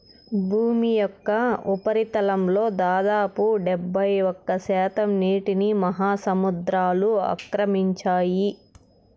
భూమి యొక్క ఉపరితలంలో దాదాపు డెబ్బైఒక్క శాతం నీటిని మహాసముద్రాలు ఆక్రమించాయి